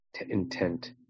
intent